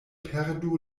perdu